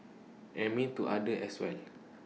and mean to others as well